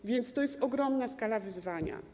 A więc to jest ogromna skala wyzwania.